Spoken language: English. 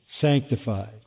sanctified